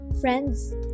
Friends